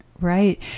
Right